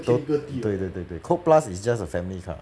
tot~ 对对对对 colt plus is just a family car